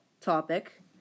topic